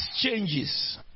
changes